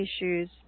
issues